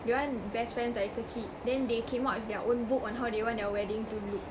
dia orang best friends dari kecil then they came up with their own book on how they want their wedding to look